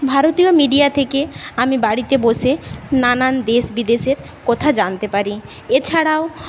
ভারতীয় মিডিয়া থেকে আমি বাড়িতে বসে নানান দেশ বিদেশের কথা জানতে পারি এছাড়াও